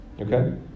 okay